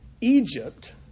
Egypt